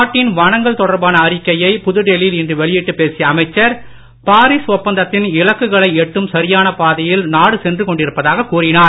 நாட்டின் வனங்கள் தொடர்பான அறிக்கையை புதுடெல்லியில் இன்று வெளியிட்டு பேசிய அமைச்சர் பாரிஸ் ஒப்பந்தத்தின் இலக்குகளை எட்டும் சரியான பாதையில் நாடு சென்று கொண்டிருப்பதாக கூறினார்